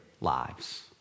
lives